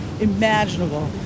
imaginable